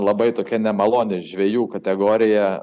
labai tokia nemaloni žvejų kategorija